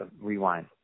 rewind